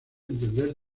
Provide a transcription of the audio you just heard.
entender